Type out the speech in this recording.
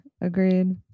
Agreed